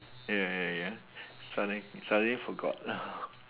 ya ya ya suddenly suddenly forgot